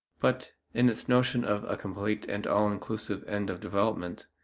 but in its notion of a complete and all-inclusive end of development,